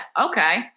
Okay